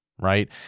Right